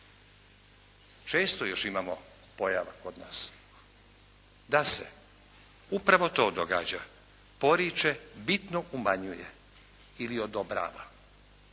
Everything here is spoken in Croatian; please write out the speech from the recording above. Često još imamo pojava kod nas da se upravo to događa, poriče, bitno umanjuje ili odobrava